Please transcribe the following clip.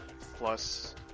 plus